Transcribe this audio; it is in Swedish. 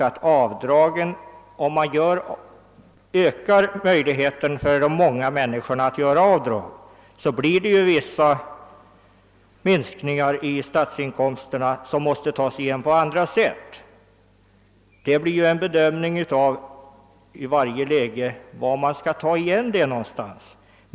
Om man ökar möjligheterna för de många människorna att göra avdrag, är det klart att vissa minskningar uppstår i statens inkomster, vilka måste tas igen på annat sätt. Var man skall ta igen det förlorade blir i varje läge en bedömningsfråga.